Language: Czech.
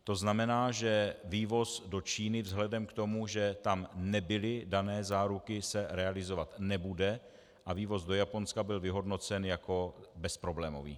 To znamená, že vývoz do Číny vzhledem k tomu, že tam nebyly dány záruky, se realizovat nebude a vývoz do Japonska byl vyhodnocen jako bezproblémový.